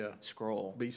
scroll